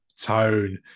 tone